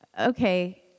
okay